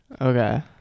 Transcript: Okay